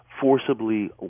forcibly